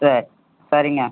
சேரி சரிங்க